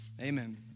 Amen